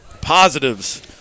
positives